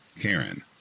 Karen